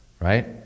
Right